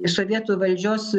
iš sovietų valdžios